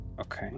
Okay